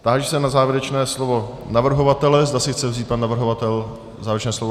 Táži se na závěrečné slovo navrhovatele, zda si chce vzít pan navrhovatel závěrečné slovo.